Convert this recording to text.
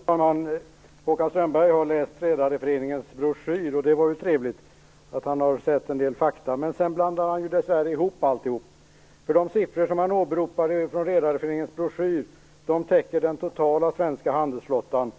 Fru talman! Håkan Strömberg har läst Redareföreningens broschyr, och det var ju trevligt att han har sett en del fakta. Sedan blandar han dessvärre ihop alltihop. De siffror han åberopar är ju från Redareföreningens broschyr och täcker den totala svenska handelsflottan,